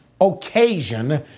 occasion